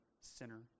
sinner